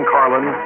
Carlin